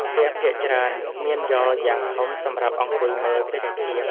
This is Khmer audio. ផ្ទះភាគច្រើនមានយ៉រយ៉ាងធំសម្រាប់អង្គុយមើលទេសភាព។